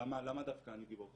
למה דווקא אני גיבור חיים.